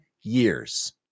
years